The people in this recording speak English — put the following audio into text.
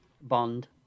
Bond